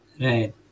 Right